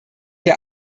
der